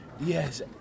Yes